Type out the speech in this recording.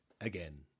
again